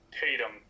Tatum